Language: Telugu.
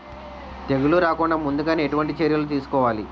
తెగుళ్ల రాకుండ ముందుగానే ఎటువంటి చర్యలు తీసుకోవాలి?